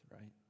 right